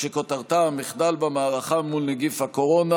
שכותרתה: המחדל במערכה מול נגיף הקורונה.